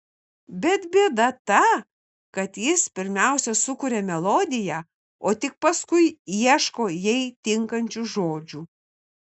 bet bėda ta kad jis pirmiausia sukuria melodiją o tik paskui ieško jai tinkančių žodžių